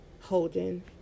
Holding